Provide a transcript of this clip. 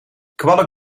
kwallen